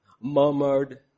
murmured